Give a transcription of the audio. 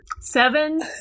Seven